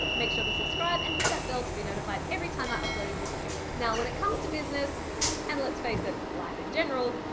make sure to subscribe and hit that bell to be notified every time i upload a new video. now when it comes to business and let's face it, life in general,